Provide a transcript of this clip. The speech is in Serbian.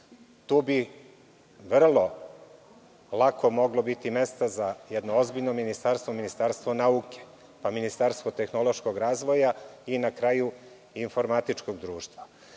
Tu bi vrlo lako moglo biti mesta za jedno ozbiljno ministarstvo nauke, pa ministarstvo tehnološkog razvoja i informatičkog društva.